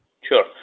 sure